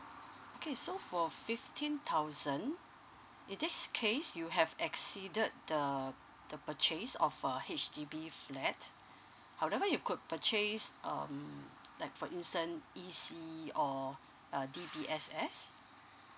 okay so for fifteen thousand in this case you have exceeded the the purchase of a H_D_B flat however you could purchase um like for instant E_C or uh D_B_S_S